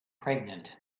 pregnant